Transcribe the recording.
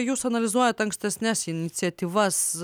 jūs analizuojat ankstesnes iniciatyvas